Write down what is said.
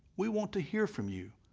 we want to hear from you.